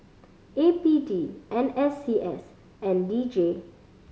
A P D N S C S and D J